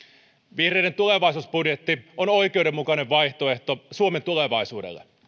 vihreiden tulevaisuusbudjetti on oikeudenmukainen vaihtoehto suomen tulevaisuudelle